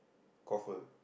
coffer